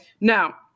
now